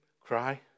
cry